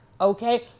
okay